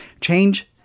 change